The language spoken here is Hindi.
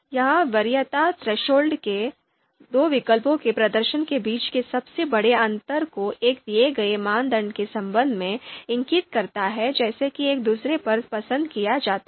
यह वरीयता थ्रेशोल्ड दो विकल्पों के प्रदर्शन के बीच के सबसे बड़े अंतर को एक दिए गए मानदंड के संबंध में इंगित करता है जैसे कि एक दूसरे पर पसंद किया जाता है